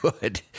good